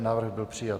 Návrh byl přijat.